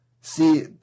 see